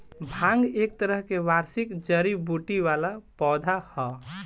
भांग एक तरह के वार्षिक जड़ी बूटी वाला पौधा ह